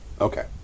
Okay